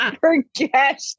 forget